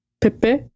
pepe